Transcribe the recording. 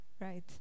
Right